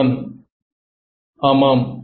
மாணவன் ஆமாம்